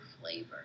flavor